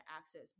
access